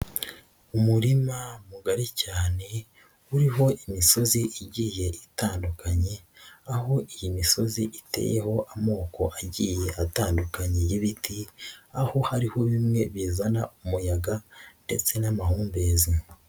Umurima mugari cyane uriho imisozi igiye itandukanye, aho iyi misozi iteyeho amoko agiye atandukanye y'ibiti, aho hariho bimwe bizana umuyaga ndetse n'amahumbezi.